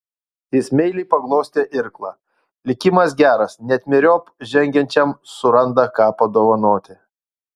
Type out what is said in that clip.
jis meiliai paglostė irklą likimas geras net myriop žengiančiam suranda ką padovanoti